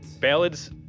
ballads